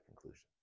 conclusion